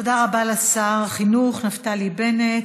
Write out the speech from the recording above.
תודה רבה לשר החינוך נפתלי בנט.